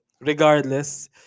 regardless